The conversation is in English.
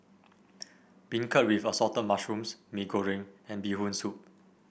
beancurd with Assorted Mushrooms Mee Goreng and Bee Hoon Soup